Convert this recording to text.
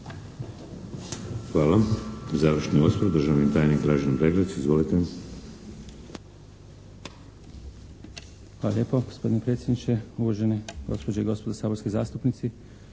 Hvala. Završni osvrt, državni tajnik Dražen Breglec. Izvolite. **Breglec, Dražen** Hvala lijepo, gospodine predsjedniče, uvažene gospođe i gospodo saborski zastupnici.